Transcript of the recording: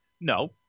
No